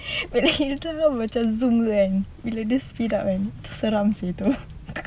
wait you do know macam zoom kan bila dia speed up kan seram seh itu